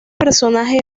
personaje